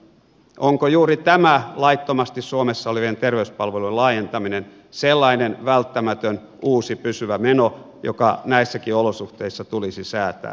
onko juuri tämä laittomasti suomessa olevien terveyspalvelujen laajentaminen sellainen välttämätön uusi pysyvä meno joka näissäkin olosuhteissa tulisi säätää